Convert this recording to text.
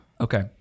Okay